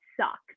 suck